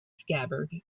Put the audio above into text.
scabbard